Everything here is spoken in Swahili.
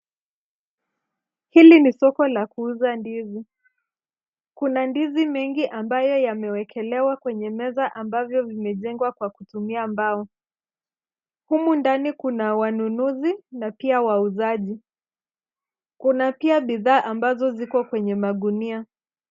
Hili ni soko la kuuza ndizi. Kuna ndizi mingi ambayo yamewekelewa kwenye meza ambavyo vimejengwa kwa kutumia mbao. Humu ndani kuna wanunuzi na pia wauzaji. Kuna pia bidhaa ambazo ziko kwenye magunia.